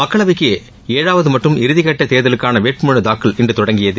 மக்களவைக்கு ஏழாவது மற்றும் இறுதிக்கட்ட தேர்தலுக்கான வேட்புமனு தாக்கல் இன்று தொடங்கியது